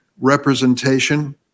representation